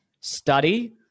Study